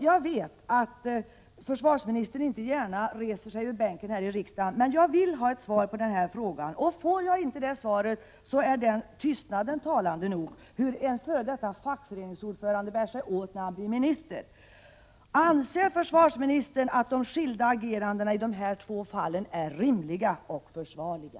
Jag vet att försvarsministern inte gärna reser sig ur bänken här i riksdagen, men jag vill ha svar, och får jag inte det så är tystnaden talande nog för hur en f.d. fackföreningsordförande bär sig åt när han blir minister: Anser förvarsministern att de skilda agerandena i de två fallen är rimliga och försvarliga?